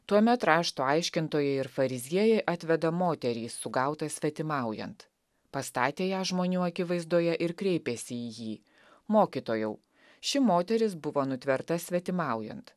tuomet rašto aiškintojai ir fariziejai atveda moterį sugautą svetimaujant pastatė ją žmonių akivaizdoje ir kreipėsi į jį mokytojau ši moteris buvo nutverta svetimaujant